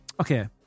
okay